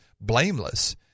blameless